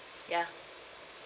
ya